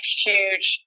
huge